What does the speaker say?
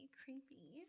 creepy